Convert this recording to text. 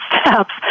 steps